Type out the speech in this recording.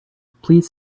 please